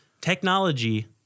Technology